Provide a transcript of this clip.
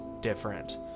different